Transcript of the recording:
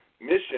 mission